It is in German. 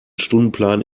stundenplan